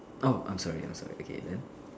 orh I'm sorry I'm sorry okay then